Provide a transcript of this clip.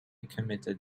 committed